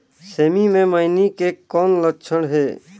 सेमी मे मईनी के कौन लक्षण हे?